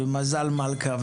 ומזל מלכה,